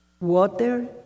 Water